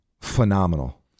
phenomenal